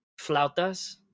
flautas